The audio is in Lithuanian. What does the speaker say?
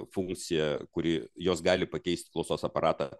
funkcija kuri jos gali pakeisti klausos aparatą